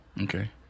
okay